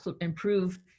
improve